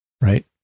right